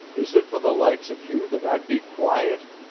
is it for the likes of you that i'd be quiet?